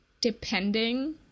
depending